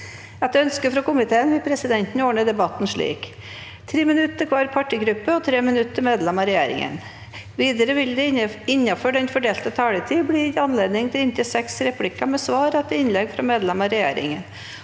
kommunikasjonskomiteen vil presidenten ordne debatten slik: 3 minutter til hver partigruppe og 3 minutter til medlemmer av regjeringen. Videre vil det – innenfor den fordelte taletid – bli gitt anledning til inntil fem replikker med svar etter innlegg fra medlemmer av regjeringen,